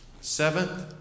Seventh